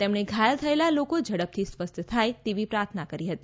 તેમણે ઘાયલ થયેલા લોકો ઝડપથી સ્વસ્થ થાય તેવી પ્રાર્થના કરી હતી